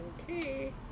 Okay